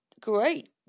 great